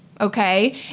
okay